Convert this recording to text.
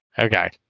Okay